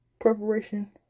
preparation